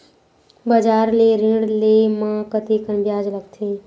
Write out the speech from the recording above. बजार ले ऋण ले म कतेकन ब्याज लगथे?